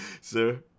sir